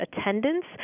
attendance